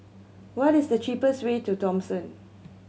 what is the cheapest way to Thomson